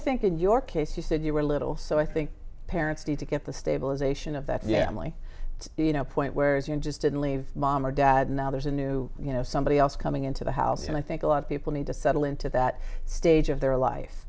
think in your case you said you were a little so i think parents need to get the stabilization of that yaml you know point where as you just didn't leave mom or dad now there's a new you know somebody else coming into the house and i think a lot of people need to settle into that stage of their life